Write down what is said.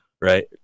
Right